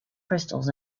crystals